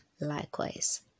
likewise